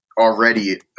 already